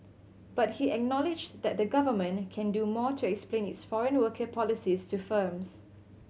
but he acknowledged that the Government can do more to explain its foreign worker policies to firms